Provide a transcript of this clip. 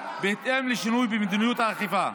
בהתאם לשינוי במדינות האכיפה.